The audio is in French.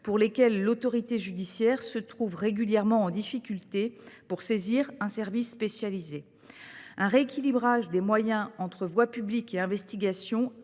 propos desquels l’autorité judiciaire se trouve régulièrement en difficulté pour saisir un service spécialisé. Un rééquilibrage des moyens entre voie publique et investigation